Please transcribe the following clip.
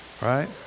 right